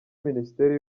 minisiteri